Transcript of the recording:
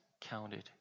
counted